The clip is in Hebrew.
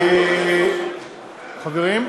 חברים,